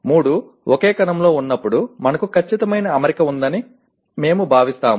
మూడు ఒకే కణంలో ఉన్నప్పుడు మనకు ఖచ్చితమైన అమరిక ఉందని మేము భావిస్తాము